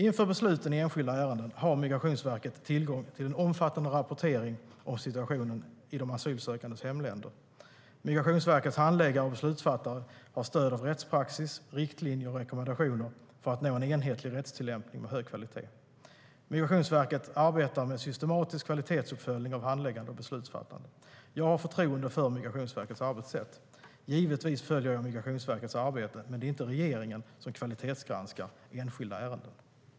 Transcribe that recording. Inför besluten i enskilda ärenden har Migrationsverket tillgång till en omfattande rapportering om situationen i de asylsökandes hemländer. Migrationsverkets handläggare och beslutsfattare har stöd av rättspraxis, riktlinjer och rekommendationer för att nå en enhetlig rättstillämpning med hög kvalitet. Migrationsverket arbetar med systematisk kvalitetsuppföljning av handläggande och beslutsfattande. Jag har förtroende för Migrationsverkets arbetssätt. Givetvis följer jag Migrationsverkets arbete, men det är inte regeringen som kvalitetsgranskar enskilda ärenden.